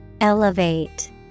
Elevate